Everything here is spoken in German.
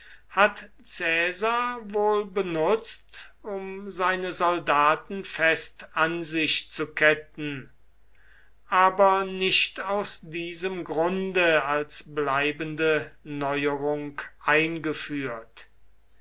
hat caesar wohl benutzt um seine soldaten fest an sich zu ketten aber nicht aus diesem grunde als bleibende neuerung eingeführt